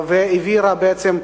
והבעירה, בעצם,